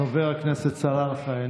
חבר הכנסת סלאלחה,